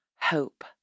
hope